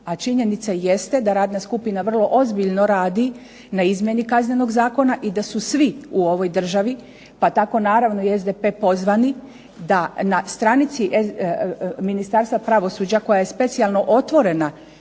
A činjenica jeste da radna skupina ozbiljno radi na izmjeni Kaznenog zakona i da su svi u ovoj državi pa tako naravno i SDP pozvani da na stranici Ministarstva pravosuđa koja je specijalno otvorena